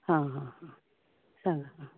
हां हां हां सांगात